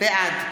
בעד